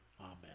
amen